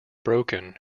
broken